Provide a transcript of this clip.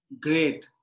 Great